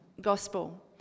Gospel